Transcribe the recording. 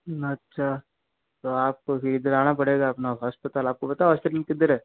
अच्छा तो आप फिर इधर आना पड़ेगा अपने हॉस्पिटल में आपको पता है अपना हॉस्पिटल किधर है